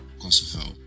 Kosovo